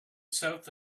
south